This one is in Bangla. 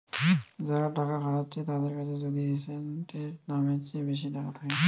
যারা টাকা খাটাচ্ছে তাদের কাছে যদি এসেটের দামের চেয়ে বেশি টাকা থাকে